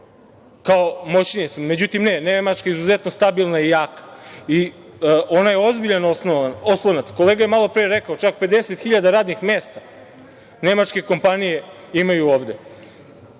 kao moćnije su, međutim – ne. Nemačka je izuzetno stabilna i jaka. Ona je ozbiljan oslonac. Kolega je malo pre rekao, čak 50 hiljada radnih mesta nemačke kompanije imaju